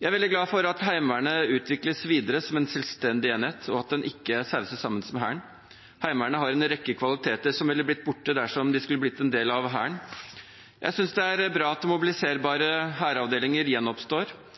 Jeg er veldig glad for at Heimevernet utvikles videre som en selvstendig enhet, og at det ikke sauses sammen med Hæren. Heimevernet har en rekke kvaliteter som ville ha blitt borte dersom det skulle ha blitt en del av Hæren. Jeg synes det er bra at mobiliserbare hæravdelinger gjenoppstår.